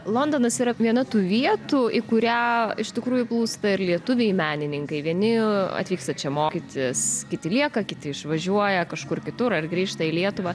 londonas yra viena tų vietų į kurią iš tikrųjų plūsta ir lietuviai menininkai vieni atvyksta čia mokytis kiti lieka kiti išvažiuoja kažkur kitur ar grįžta į lietuvą